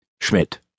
Schmidt